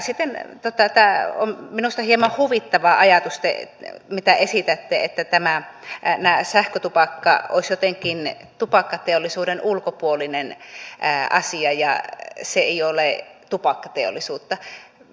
siten tämä on minusta hieman huvittava ajatus mitä esitätte että sähkötupakka olisi jotenkin tupakkateollisuuden ulkopuolinen asia ja ettei se olisi tupakkateollisuutta